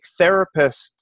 therapists